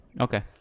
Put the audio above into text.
Okay